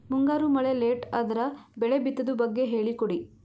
ಮುಂಗಾರು ಮಳೆ ಲೇಟ್ ಅದರ ಬೆಳೆ ಬಿತದು ಬಗ್ಗೆ ಹೇಳಿ ಕೊಡಿ?